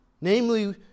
Namely